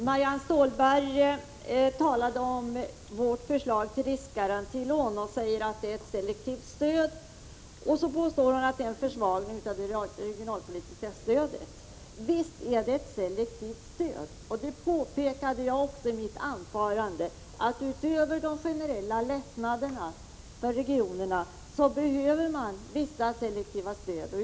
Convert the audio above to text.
Herr talman! Marianne Stålberg sade att riskgarantilån, som vi föreslår, är ett selektivt stöd och påstod att det innebär en försvagning av det regionalpolitiska stödet. Visst är det ett selektivt stöd! Utöver de generella lättnaderna för regionerna behöver man vissa selektiva stöd — det påpekade jag också i mitt anförande.